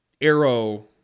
arrow